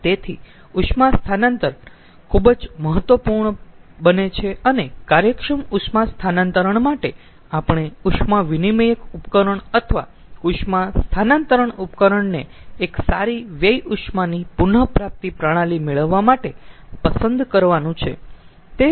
તેથી ઉષ્મા સ્થાનાંતરણ ખુબ જ મહત્વપૂર્ણ બને છે અને કાર્યક્ષમ ઉષ્મા સ્થાનાંતરણ માટે આપણે ઉષ્મા વિનીમયક ઉપકરણ અથવા ઉષ્મા સ્થાનાંતરણ ઉપકરણને એક સારી વ્યય ઉષ્માની પુન પ્રાપ્તિ પ્રણાલી મેળવવા માટે પસંદ કરવાનું છે